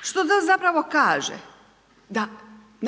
Što to zapravo kaže? Da